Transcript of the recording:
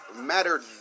mattered